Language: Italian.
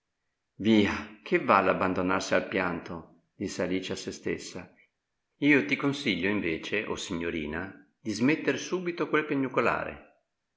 via che vale abbandonarsi al pianto disse alice a sè stessa io ti consiglio invece o signorina di smetter subito quel